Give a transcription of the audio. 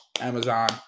amazon